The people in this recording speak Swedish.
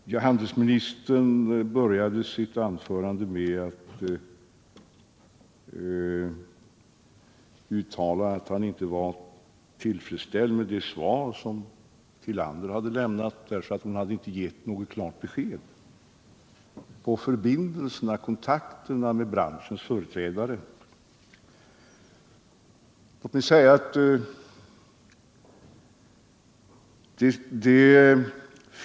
Herr talman! Handelsministern började sitt anförande med att uttala att han inte var tillfredsställd med det svar som Ulla Tillander lämnat. Han menade att Ulla Tillander inte hade gett något klart besked beträffande kontakterna med branschens företrädare.